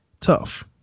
tough